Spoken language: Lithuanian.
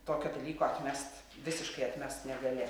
tokio dalyko atmest visiškai atmest negali